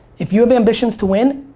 if you have ambitions to win,